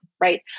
right